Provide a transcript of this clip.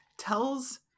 tells